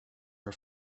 her